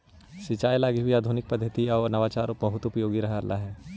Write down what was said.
सिंचाई लगी भी आधुनिक पद्धति आउ नवाचार बहुत उपयोगी रहलई हे